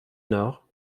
nord